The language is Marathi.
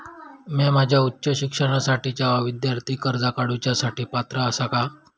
म्या माझ्या उच्च शिक्षणासाठीच्या विद्यार्थी कर्जा काडुच्या साठी पात्र आसा का?